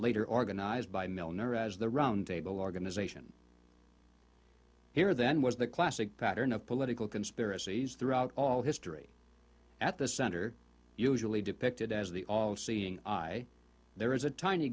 later organized by milner as the round table organization here then was the classic pattern of political conspiracies throughout all history at the center usually depicted as the all seeing eye there is a tiny